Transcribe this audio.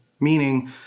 meaning